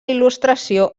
il·lustració